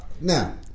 Now